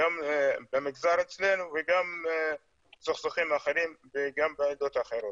גם במגזר אצלנו וגם סכסוכים אחרים וגם בעדות אחרות.